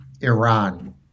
Iran